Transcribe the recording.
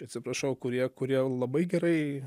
atsiprašau kurie kurie labai gerai